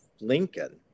Lincoln